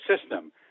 system